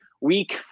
week